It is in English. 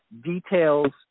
details